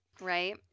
right